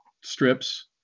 strips